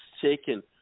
taken